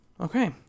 Okay